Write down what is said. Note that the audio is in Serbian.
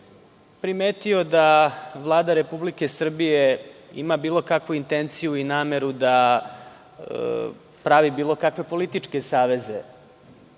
primetio da Vlada Republike Srbije ima bilo kakvu intenciju i nameru da pravi bilo kakve političke saveze